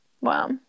Wow